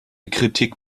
kritik